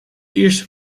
eerste